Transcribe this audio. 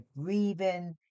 grieving